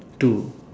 two